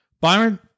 Byron